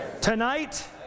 tonight